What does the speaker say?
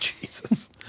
Jesus